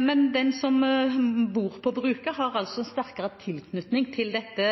men den som bor på bruket, har altså en sterkere tilknytning til dette